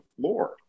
floor